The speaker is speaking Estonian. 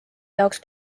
jaoks